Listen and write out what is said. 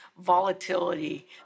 volatility